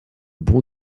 bon